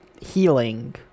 healing